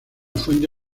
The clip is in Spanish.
fuente